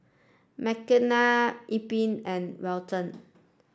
Makenna Ephram and Welton